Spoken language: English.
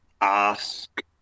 ask